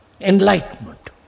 enlightenment